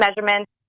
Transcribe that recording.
measurements